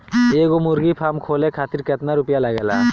एगो मुर्गी फाम खोले खातिर केतना रुपया लागेला?